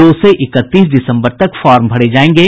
दो से इकतीस दिसम्बर तक फॉर्म भरे जायेंगे